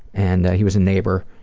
and he was a neighbor,